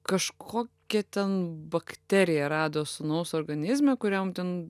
kažkokią ten bakteriją rado sūnaus organizme kuriam ten